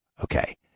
Okay